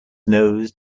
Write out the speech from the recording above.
nose